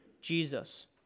Jesus